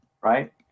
Right